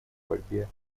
борьбе